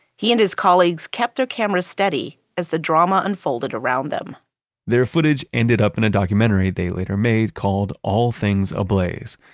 he and his colleagues kept their cameras steady as the drama unfolded around them their footage ended up in a documentary they later made called all things ablaze.